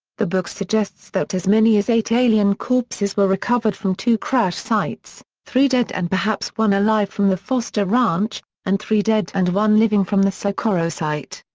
the book suggests that as many as eight alien corpses were recovered from two crash sites three dead and perhaps one alive from the foster ranch, and three dead and one living from the socorro site.